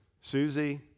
Susie